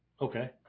okay